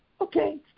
Okay